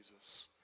Jesus